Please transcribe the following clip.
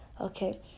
okay